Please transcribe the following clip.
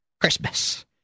Christmas